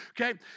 Okay